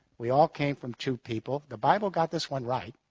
we all came from two people. the bible got this one right.